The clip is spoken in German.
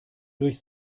durch